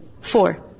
Four